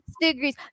degrees